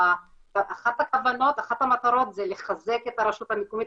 אחת המטרות זה לחזק את הרשות המקומית